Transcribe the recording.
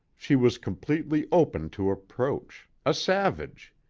she was completely open to approach, a savage.